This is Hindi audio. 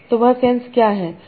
तो वह सेंस क्या है